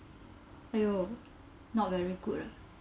!aiyo! not very good lah